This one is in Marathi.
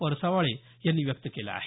परसवाळे यांनी व्यक्त केलं आहे